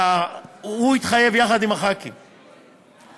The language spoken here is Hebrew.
שהוא יתחייב יחד עם חברי הכנסת.